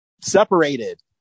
Separated